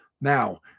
Now